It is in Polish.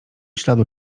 śladu